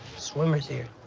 swimmer's ear?